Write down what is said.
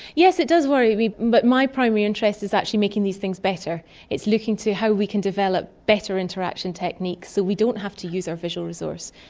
yes, it does worry me, but my primary interest is actually making these things better, it is looking to how we can develop better interaction techniques so we don't have to use our visual resource,